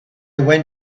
went